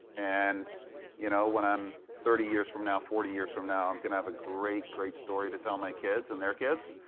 and you know when i'm thirty years from now, forty years from now, i'm going to have a great, great story to tell my kids and their kids